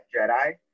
Jedi